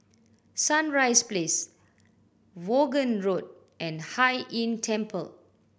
Sunrise Place Vaughan Road and Hai Inn Temple